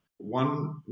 one